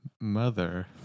mother